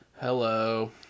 Hello